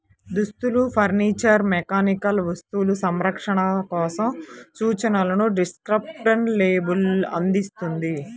దుస్తులు, furniture, mechanical వస్తువులు, సంరక్షణ కోసం సూచనలను డిస్క్రిప్టివ్ లేబుల్ అందిస్తుంది